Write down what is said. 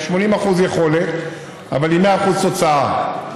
עם 80% יכולת אבל עם 100% תוצאה.